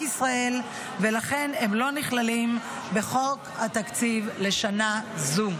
ישראל ולכן הם לא נכללים בחוק התקציב לשנה זו.